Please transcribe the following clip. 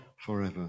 forever